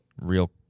Real